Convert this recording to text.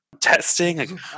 testing